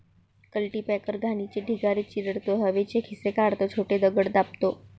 cultipacker घाणीचे ढिगारे चिरडतो, हवेचे खिसे काढतो, छोटे दगड दाबतो